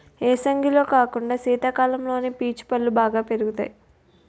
ఏసంగిలో కాకుండా సీతకాలంలోనే పీచు పల్లు పెరుగుతాయి